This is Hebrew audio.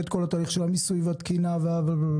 את כל התהליך של המיסוי והתקינה וכולי,